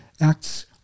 Acts